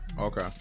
Okay